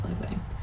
living